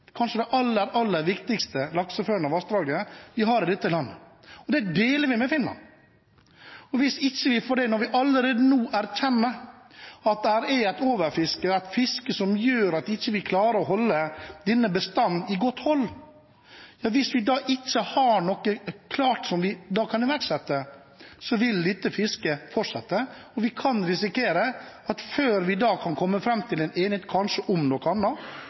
kanskje det aller, aller viktigste lakseførende vassdraget vi har i dette landet. Og det deler vi med Finland. Og hvis vi ikke får det til – når vi allerede nå erkjenner at det er et overfiske, et fiske som gjør at vi ikke klarer å holde denne bestanden i godt hold – hvis vi ikke har noe klart, som vi kan iverksette, vil dette fisket fortsette. Vi kan risikere at før vi kommer fram til en enighet, kanskje om noe